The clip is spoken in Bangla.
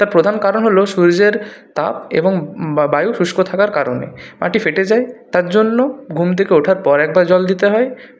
তার প্রধান কারণ হলো সূর্যের তাপ এবং বা বায়ু শুষ্ক থাকার কারণে মাটি ফেটে যায় তার জন্য ঘুম থেকে ওঠার পর একবার জল দিতে হয়